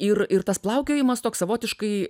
ir ir tas plaukiojimas toks savotiškai